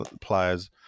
players